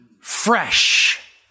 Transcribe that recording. fresh